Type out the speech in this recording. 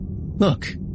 Look